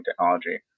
technology